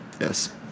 Yes